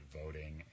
voting